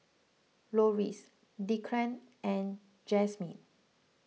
Loris Declan and Jazmine